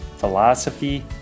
philosophy